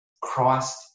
Christ